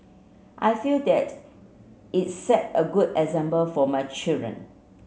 I feel that it set a good example for my children